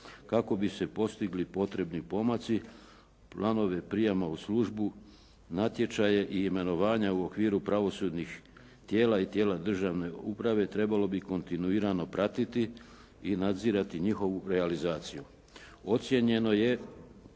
Kako bi se postigli potrebni koraci, planove prijema u službu, natječaje i imenovanja u okviru pravosudnih tijela i tijela državne uprave trebalo bi kontinuirano pratiti i nadzirati njihovu realizaciju.